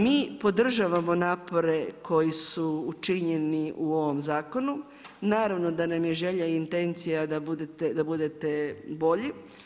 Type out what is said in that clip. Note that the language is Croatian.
Mi podržavamo napore koji su učinjeni u ovom zakonu, naravno da nam je želja i intencija da budete bolji.